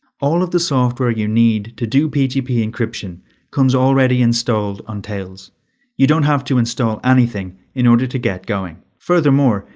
all of the software you need to do pgp encryption comes already installed on tails you don't have to install anything in order to get going. furthermore,